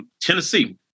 Tennessee